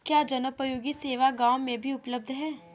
क्या जनोपयोगी सेवा गाँव में भी उपलब्ध है?